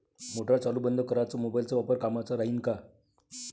Motor चालू बंद कराच मोबाईलचा वापर कामाचा राहीन का?